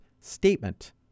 statement